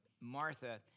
Martha